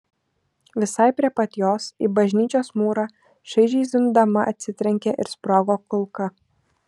visai prie pat jos į bažnyčios mūrą šaižiai zvimbdama atsitrenkė ir sprogo kulka